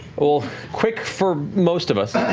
or quick for most of us.